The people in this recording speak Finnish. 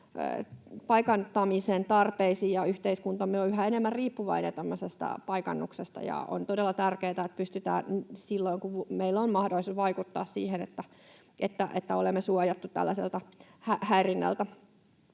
paikantamisen tarpeisiin. Yhteiskuntamme on yhä enemmän riippuvainen tämmöisestä paikannuksesta, ja on todella tärkeätä, että pystytään silloin, kun meillä on mahdollisuus vaikuttaa siihen, olemaan suojattuja tällaiselta häirinnältä.